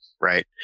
Right